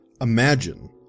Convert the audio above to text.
Imagine